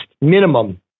minimum